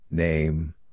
Name